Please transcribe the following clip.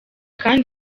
kandi